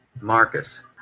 Marcus